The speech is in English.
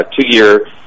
two-year